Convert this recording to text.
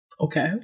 Okay